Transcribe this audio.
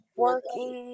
working